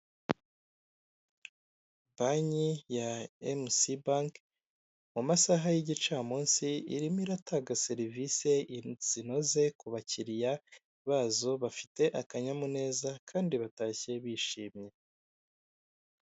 Banki ya emusi banki mu masaha y'igicamunsi irimo iratanga serivisi zinoze ku bakiriya bazo, bafite akanyamuneza kandi batashye bishimye.